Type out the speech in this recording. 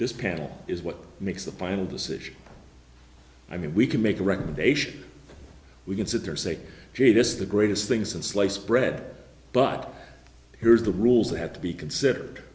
this panel is what makes the final decision i mean we can make a recommendation we can sit there say gee this is the greatest thing since sliced bread but here's the rules they have to be considered